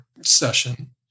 session